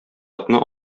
атны